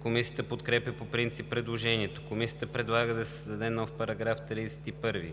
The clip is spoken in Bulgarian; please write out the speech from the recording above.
Комисията подкрепя по принцип предложението. Комисията предлага да се създаде нов § 31: